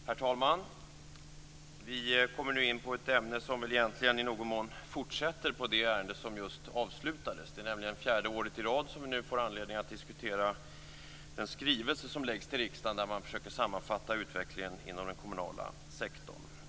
Herr talman! Vi kommer nu in på ett ämne som egentligen i någon mån är en fortsättning på det ärende som just avslutades. Det är nämligen fjärde året i rad som vi nu får anledning att diskutera den skrivelse till riksdagen där regeringen försöker sammanfatta utvecklingen inom den kommunala sektorn.